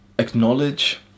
Acknowledge